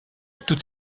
toutes